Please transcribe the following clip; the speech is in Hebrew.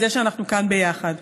מזה שאנחנו כאן ביחד.